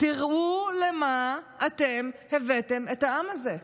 תראו למה אתם הבאתם את העם הזה.